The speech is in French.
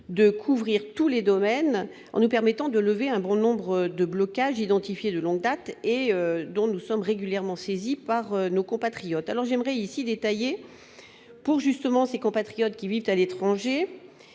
de couvrir tous les domaines en nous permettant de lever un grand nombre de blocages identifié de longue date et dont nous sommes régulièrement saisi par nos compatriotes, alors j'aimerais ici détaillées pour justement ses compatriotes qui vivent à l'étranger